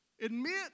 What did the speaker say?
Admit